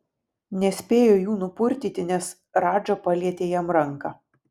nespėjo jų nupurtyti nes radža palietė jam ranką